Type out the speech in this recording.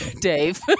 Dave